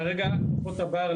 כרגע עופות הבר,